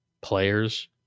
players